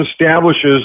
establishes